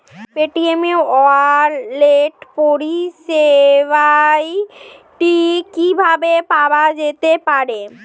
Paytm e wallet পরিষেবাটি কিভাবে পাওয়া যেতে পারে?